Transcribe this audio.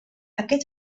aquest